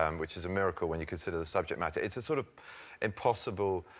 um which is a miracle, when you consider the subject matter. it's a sort of impossible,